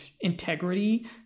integrity